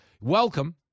welcome